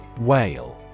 Whale